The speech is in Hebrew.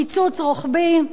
קיצוץ רוחבי.